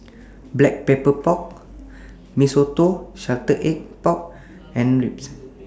Black Pepper Pork Mee Soto and Salted Egg Pork Ribs